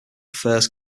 affairs